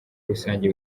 rusange